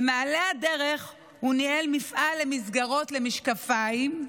במעלה הדרך הוא ניהל מפעל למסגרות למשקפיים,